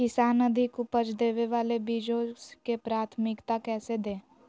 किसान अधिक उपज देवे वाले बीजों के प्राथमिकता कैसे दे?